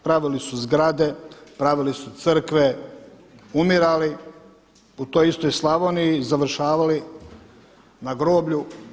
Pravili su zgrade, pravili su crkve, umirali u toj istoj Slavoniji, završavali na groblju.